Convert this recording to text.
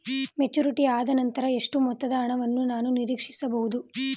Maturity ಆದನಂತರ ಎಷ್ಟು ಮೊತ್ತದ ಹಣವನ್ನು ನಾನು ನೀರೀಕ್ಷಿಸ ಬಹುದು?